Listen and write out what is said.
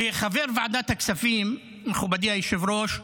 כחבר ועדת הכספים, מכובדי היושב-ראש,